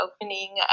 opening